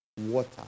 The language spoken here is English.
water